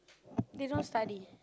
they don't study